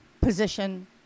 position